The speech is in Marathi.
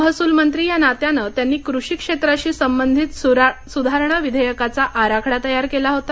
महसूलमंत्री यानात्याने त्यांनी कृषी क्षेत्राशीसंबंधित सुधारणा विधेयकाचा आराखडा तयार केलाहोता